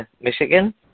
Michigan